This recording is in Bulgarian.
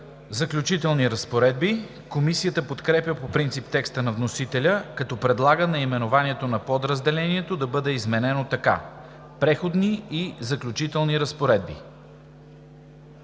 „Заключителни разпоредби“. Комисията подкрепя по принцип текста на вносителя, като предлага наименованието на подразделението да бъде изменено така: „Преходни и заключителни разпоредби“.